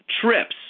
trips